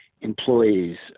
employees